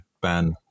ban